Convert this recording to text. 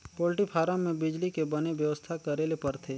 poultry farm में बिजली के बने बेवस्था करे ले परथे